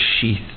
sheath